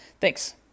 thanks